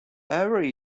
every